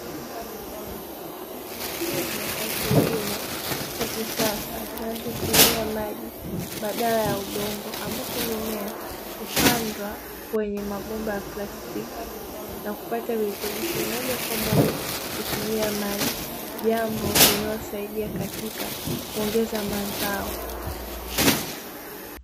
Mfumo wa kilimo cha kisasa kinacho tumia maji badala ya udongo ambapo mimea hupandwa kwenye mabomba ya plastiki na kupata virutubishi moja kwa moja kutumia maji, jambo linaosaidia katika kuongeza mazao.